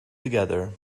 together